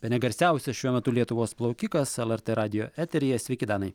bene garsiausias šiuo metu lietuvos plaukikas lrt radijo eteryje sveiki danai